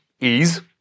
Ease